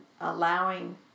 allowing